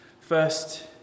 First